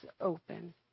open